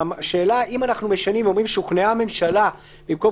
השאלה אם אנחנו משנים וכותבים: שוכנעה הממשלה ובמקום